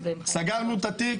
סגרנו את התיק,